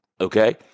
Okay